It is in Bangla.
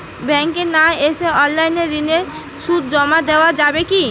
ব্যাংকে না এসে অনলাইনে ঋণের সুদ জমা দেওয়া যাবে কি?